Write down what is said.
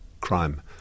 crime